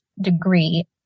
degree